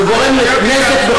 זה גורם נזק.